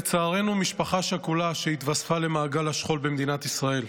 משפחה שכולה שהתווספה למעגל השכול במדינת ישראל.